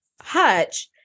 Hutch